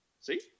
See